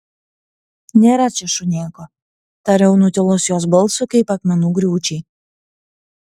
nėra čia šunėko tariau nutilus jos balsui kaip akmenų griūčiai